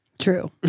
true